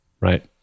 right